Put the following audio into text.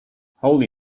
holy